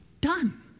done